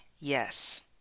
yes